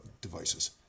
devices